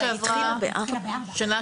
התחילה בארבע, שנה